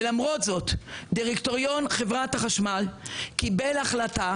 ולמרות זאת, דירקטוריון חברת החשמל קיבל החלטה